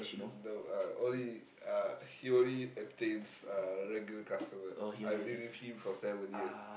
uh no uh only uh he only entertains uh regular customer I've been with him for seven years